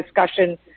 discussion